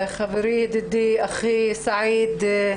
חברי ידידי אחי סעיד,